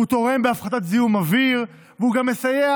הוא תורם בהפחתת זיהום אוויר והוא גם מסייע